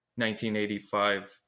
1985